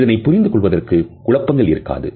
இதனைப் புரிந்து கொள்வதற்கு குழப்பங்கள் இருக்காது